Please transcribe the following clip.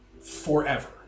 forever